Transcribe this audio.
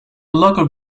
local